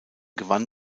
gewann